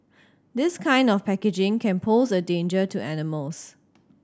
this kind of packaging can pose a danger to animals